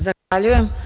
Zahvaljujem.